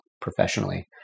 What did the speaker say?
professionally